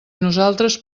nosaltres